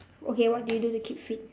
okay what do you do to keep fit